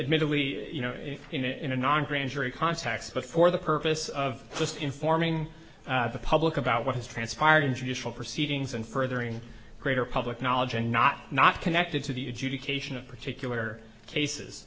admittedly you know in a non grand jury context but for the purpose of just informing the public about what has transpired in judicial proceedings and furthering greater public knowledge and not not connected to the adjudication of particular cases